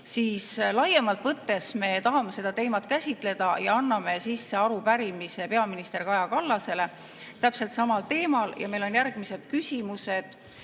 siis laiemalt võttes me tahame seda teemat käsitleda ja anname sisse arupärimise peaminister Kaja Kallasele täpselt samal teemal. Ja meil on järgmised küsimused.